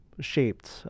shaped